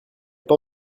pas